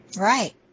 Right